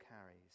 carries